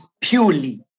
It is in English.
purely